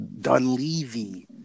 Dunleavy